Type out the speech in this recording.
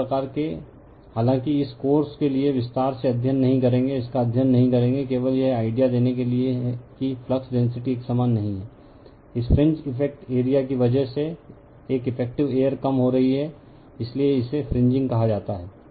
तो इस प्रकार के हालांकि इस कोर्स के लिए विस्तार से अध्ययन नहीं करेंगे इसका अध्ययन नहीं करेंगे केवल यह आईडिया देने के लिए कि फ्लक्स डेंसिटी एक समान नहीं है इस फ्रिंज इफ़ेक्ट एरिया की वजह से एक इफेक्टिव एयर कम हो रही है इसलिए इसे फ्रिंजिंग कहा जाता है